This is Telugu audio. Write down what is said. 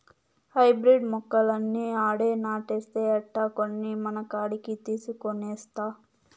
హైబ్రిడ్ మొక్కలన్నీ ఆడే నాటేస్తే ఎట్టా, కొన్ని మనకాడికి తీసికొనొస్తా